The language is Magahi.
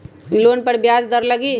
लोन पर ब्याज दर लगी?